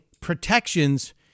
protections